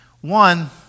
One